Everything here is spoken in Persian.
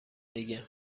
دیگه